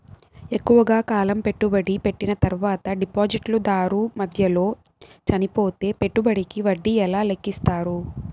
ఎక్కువగా కాలం పెట్టుబడి పెట్టిన తర్వాత డిపాజిట్లు దారు మధ్యలో చనిపోతే పెట్టుబడికి వడ్డీ ఎలా లెక్కిస్తారు?